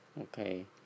Okay